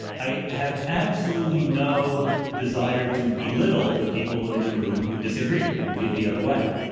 i have absolutely no desire to belittle the people in the room who disagree, who feel the other way.